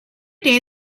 day